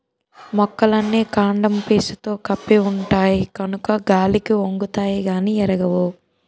మొక్కలన్నీ కాండము పీసుతో కప్పి ఉంటాయి కనుక గాలికి ఒంగుతాయి గానీ ఇరగవు